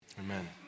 Amen